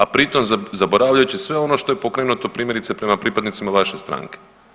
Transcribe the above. A pri tom zaboravljajući sve ono što je pokrenuto primjerice prema pripadnicima vaše stranke.